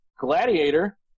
Gladiator